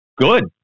good